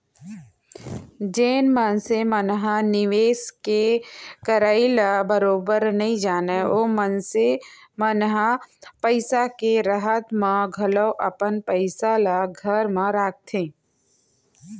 जेन मनसे मन ह निवेस के करई ल बरोबर नइ जानय ओ मनसे मन ह पइसा के राहब म घलौ अपन पइसा ल घरे म राखथे